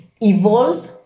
evolve